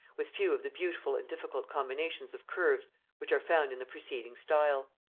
with few of the beautiful and difficult combinations of curves which are found in the preceding style.